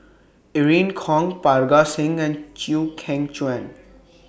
Irene Khong Parga Singh and Chew Kheng Chuan